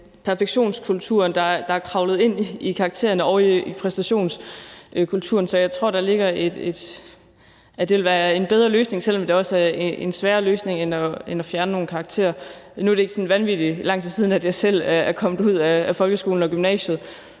perfektionskulturen, der er kravlet ind i karaktererne, og præstationskulturen, så jeg tror, det vil være en bedre løsning, selv om det også er en sværere løsning end at fjerne nogle karakterer. Nu er det ikke sådan vanvittig lang tid siden, jeg selv er kommet ud af folkeskolen og gymnasiet,